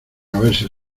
haberse